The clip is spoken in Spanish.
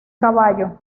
caballo